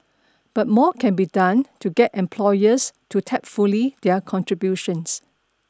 but more can be done to get employers to tap fully their contributions